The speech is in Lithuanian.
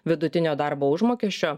vidutinio darbo užmokesčio